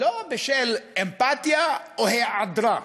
לא בשל אמפתיה או היעדרה.